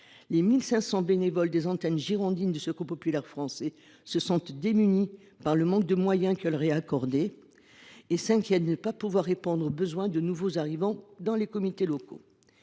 Les 1 500 bénévoles des antennes girondines du Secours populaire français se sentent démunis face au manque de moyens accordés et s’inquiètent de ne pas pouvoir répondre aux besoins de nouveaux arrivants dans les comités locaux.